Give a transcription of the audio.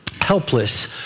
helpless